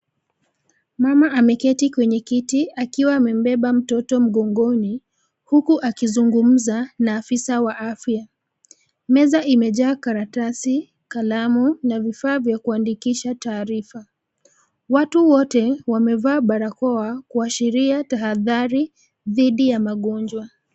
Mama ameketi kwenye kiti akiwa amembeba mtoto mgongoni huku akizungumza na afisa wa afya. Meza imejaa karatasi, kalamu, na vifaa vya kuandikisha taarifa. Watu wote wamevaa barakoa kuashiria tahadhari dhidi ya magonjwa.